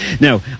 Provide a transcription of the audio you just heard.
Now